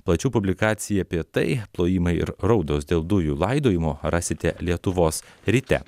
plačiau publikaciją apie tai plojimai ir raudos dėl dujų laidojimo rasite lietuvos ryte